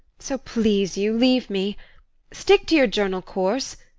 so please you, leave me stick to your journal course.